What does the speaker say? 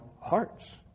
hearts